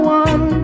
one